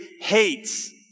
hates